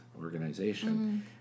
organization